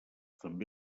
també